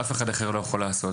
אף אחד אחר לא יכול לעשות.